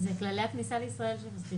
אלה כללי הכניסה לישראל.